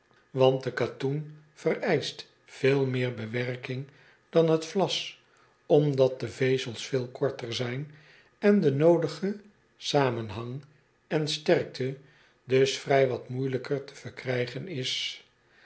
want de katoen vereischt veel meer bewerking dan het vlas omdat de vezels veel korter zijn en de noodige zamenhang en sterkte dus vrij wat moeijelijker te verkrijgen is